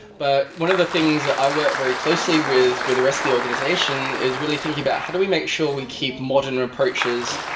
but one of the things that i worked very closely with with the rest of the organization is really think about how do we make sure we keep modern approaches,